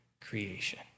creation